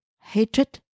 hatred